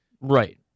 Right